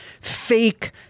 fake